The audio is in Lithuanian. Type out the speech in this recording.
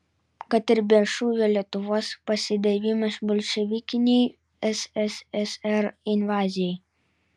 kad ir be šūvio lietuvos pasidavimas bolševikinei sssr invazijai